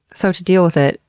so to deal with it,